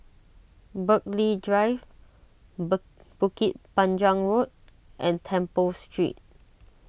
Burghley Drive Bukit Panjang Road and Temple Street